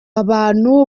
abantu